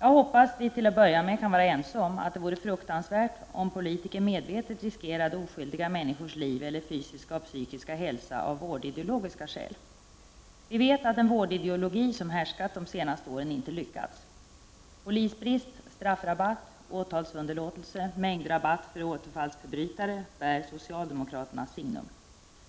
Jag hoppas att vi till att börja med kan vara ense om att det vore fruktansvärt om politiker medvetet riskerade oskyldiga människors liv eller deras fysiska och psykiska hälsa av vårdideologiska skäl. Vi vet att den vårdideologi som härskat de senaste åren inte lyckats. Polisbrist, straffrabatt, åtalsunderlåtelse och mängdrabatt för återfallsförbrytare bär socialdemokraternas signum.